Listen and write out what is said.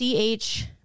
CH